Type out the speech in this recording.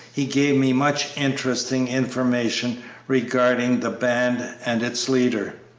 he gave me much interesting information regarding the band and its leader.